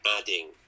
adding